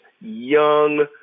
young